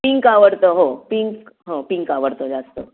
pink आवडतं हो pink हो पिंक आवडतं जास्त